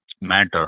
matter